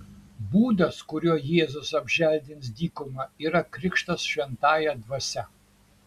būdas kuriuo jėzus apželdins dykumą yra krikštas šventąja dvasia